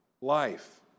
life